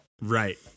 Right